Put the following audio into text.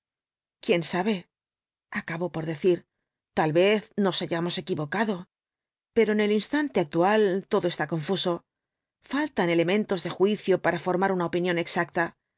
quién sabe acabó por decir tal vez nos hayamos equivocado pero en el instante actual todo está confuso faltan elementos de juicio para formar una opinión exacta